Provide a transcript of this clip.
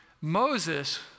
Moses